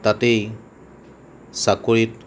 তাতেই চাকৰিত